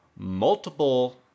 Multiple